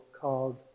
called